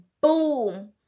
boom